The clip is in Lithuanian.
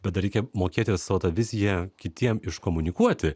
bet dar reikia mokėti savo tą viziją kitiem iškomunikuoti